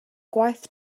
gwaith